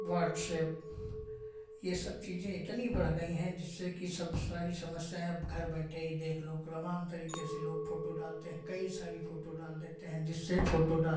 WhatsApp ये सब चीज़ें इतनी बढ़ गई हैं जिससे कि सब सारी समस्याएँ अब घर बैठे ही देख लो कि तमाम तरीके से लोग फ़ोटो डालते हैं कई सारी फ़ोटो डाल देते हैं जिससे फ़ोटो डाल